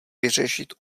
vyřešit